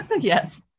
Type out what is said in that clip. Yes